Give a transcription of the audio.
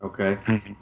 Okay